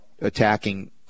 attacking